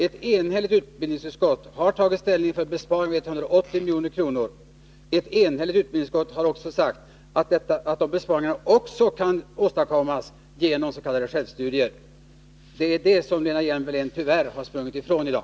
Ett enhälligt utbildningsutskott har tagit ställning för besparingar med 180 milj.kr. Ett enhälligt utbildningsutskott har också sagt att dessa besparingar kan åstadkommas också genom s.k. självstudier. Det är detta som Lena Hjelm-Wallén tyvärr har sprungit ifrån i dag.